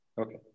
Okay